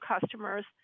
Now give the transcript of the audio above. customers